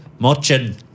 Mochen